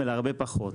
אלא הרבה פחות,